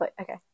Okay